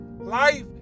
Life